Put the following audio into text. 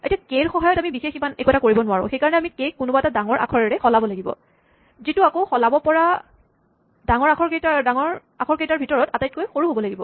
এতিয়া কে ৰ সহায়ত আমি ইমান বিশেষ একো কৰিব নোৱাৰোঁ সেইকাৰণে আমি কে ক কোনোবা এটা ডাঙৰ আখৰেৰে সলাব লাগিব যিটো আকৌ সলাব পৰা ডাঙৰ আখৰকেইটাৰ ভিতৰত আটাইতকৈ সৰু হ'ব লাগিব